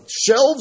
shelves